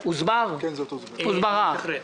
הבקשה הוסברה.